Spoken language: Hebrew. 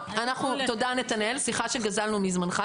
טוב, תודה נתנאל, סליחה שגזלנו מזמנך.